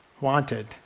wanted